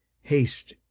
Haste